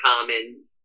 common